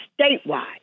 statewide